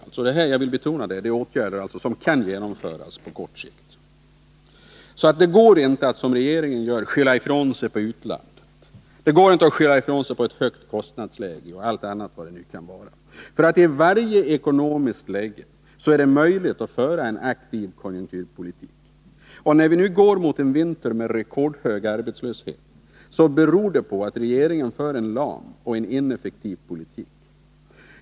Och detta är — jag vill betona det — åtgärder som kan genomföras på kort sikt. Det går inte att som regeringen gör skylla ifrån sig på utlandet, på ett högt kostnadsläge och annat. I varje ekonomiskt läge är det möjligt att föra en aktiv konjunkturpolitik. När vi nu går mot en vinter med rekordhög arbetslöshet beror det på att regeringen för en lam och ineffektiv politik.